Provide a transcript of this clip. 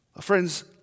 Friends